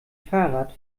fahrrad